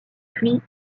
puis